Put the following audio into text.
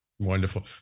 Wonderful